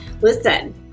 Listen